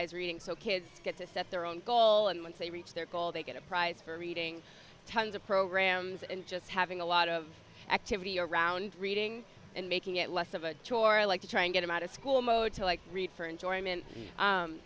e reading so kids get to set their own goal and once they reach their goal they get a prize for reading tons of programs and just having a lot of activity around reading and making it less of a chore i like to try and get him out of school motel i read for enjoyment